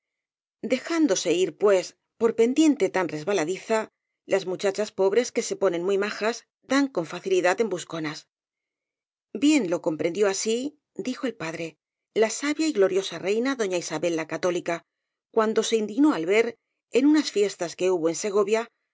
dejándose ir pues por pendiente tan resba ladiza las muchachas pobres que se ponen muy majas dan con facilidad en busconas bien lo com prendió así dijo el padre la sabia y gloriosa reina doña isabel la católica cuando se indignó al ver en unas fiestas que hubo en segovia